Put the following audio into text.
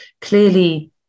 clearly